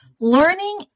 Learning